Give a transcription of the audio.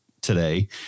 today